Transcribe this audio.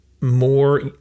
more